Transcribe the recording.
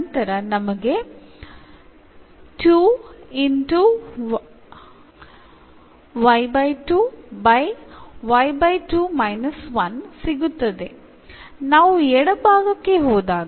നമുക്ക് ഇടത് വശത്ത് എന്താണ് ലഭിക്കുന്നത്